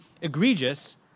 egregious